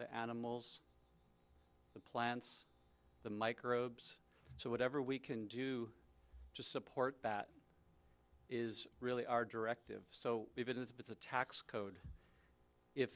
the animals the plants the microbes so whatever we can do to support that is really our directive so even if it's a tax code if